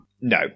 no